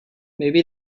maybe